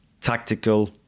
tactical